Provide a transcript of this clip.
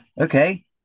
okay